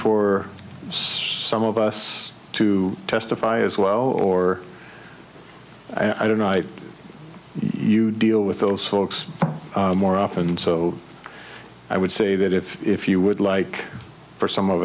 for some of us to testify as well or i don't know why you deal with those folks more often so i would say that if if you would like for some of